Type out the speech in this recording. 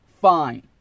fine